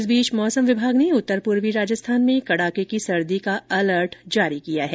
इस बीच मौसम विभाग ने उत्तर पूर्वी राजस्थान में कड़ाके की सर्दी का अलर्ट जारी किया हैं